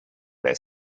their